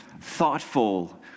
thoughtful